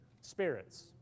spirits